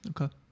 Okay